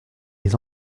les